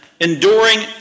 enduring